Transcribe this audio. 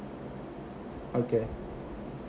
okay